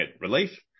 relief